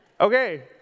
Okay